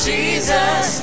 Jesus